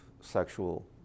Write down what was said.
sexual